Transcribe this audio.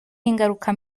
ingaruka